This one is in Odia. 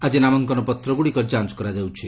ଆଜି ନାମାଙ୍କନ ପତ୍ରଗୁଡ଼ିକ ଯାଞ୍ଚ କରାଯାଉଛି